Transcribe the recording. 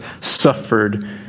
suffered